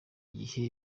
gihe